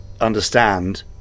understand